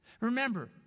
Remember